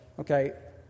Okay